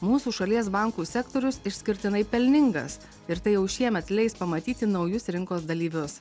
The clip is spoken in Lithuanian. mūsų šalies bankų sektorius išskirtinai pelningas ir tai jau šiemet leis pamatyti naujus rinkos dalyvius